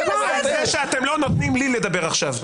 על זה שאתם לא נותנים לי לדבר עכשיו.